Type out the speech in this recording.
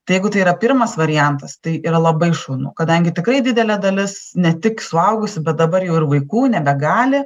tai jeigu tai yra pirmas variantas tai yra labai šaunu kadangi tikrai didelė dalis ne tik suaugusių bet dabar jau ir vaikų nebegali